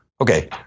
Okay